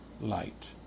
light